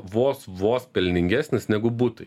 vos vos pelningesnis negu butai